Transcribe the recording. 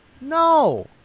No